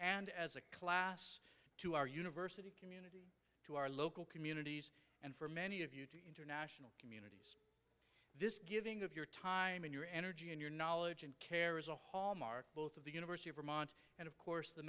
and as a class to our university community to our local communities and for many of you to international community this giving of your time and your energy and your knowledge and care is a hallmark both of the university of vermont and of course the